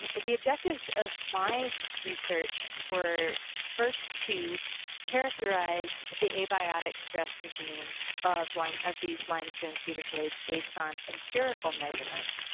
the the objectives of my research were first to characterize the abiotic stress regime of like of these limestone cedar glades based on empirical measurements.